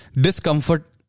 discomfort